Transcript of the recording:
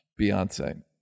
Beyonce